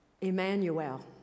Emmanuel